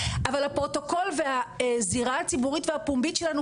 אבל הפרוטוקול והזירה הציבורית והפומבית שלנו,